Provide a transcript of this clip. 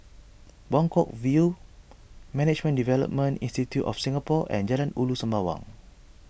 Buangkok View Management Development Institute of Singapore and Jalan Ulu Sembawang